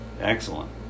excellent